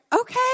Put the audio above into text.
okay